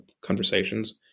conversations